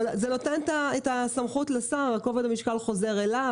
אבל זה נותן את הסמכות לשר וכובד המשקל חוזר אליו.